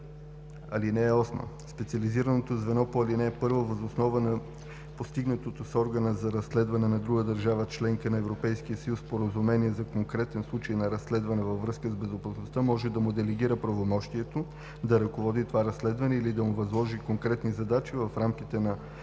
закона. (8) Специализираното звено по ал. 1 въз основа на постигнато с органа за разследване на друга държава – членка на Европейския съюз, споразумение за конкретен случай на разследване във връзка с безопасността може да му делегира правомощието да ръководи това разследване или да му възложи конкретни задачи в рамките на